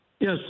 Yes